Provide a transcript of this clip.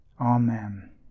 Amen